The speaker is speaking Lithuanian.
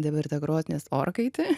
dabar ta krosnis orkaitė